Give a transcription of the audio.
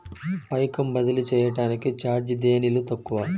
పైకం బదిలీ చెయ్యటానికి చార్జీ దేనిలో తక్కువ?